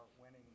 winning